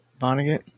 Vonnegut